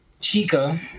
Chica